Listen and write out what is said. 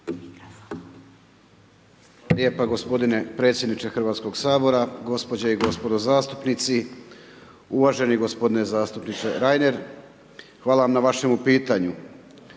lijepo gospodine predsjedniče Hrvatskog sabora, gospođe i gospodo zastupnici. Uvaženi gospodine zastupniče Reiner, hvala vam na vašemu pitanju.